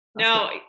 No